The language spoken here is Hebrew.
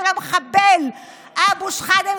סמי אבו שחאדה,